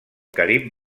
carib